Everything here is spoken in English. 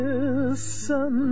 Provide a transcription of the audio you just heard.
Listen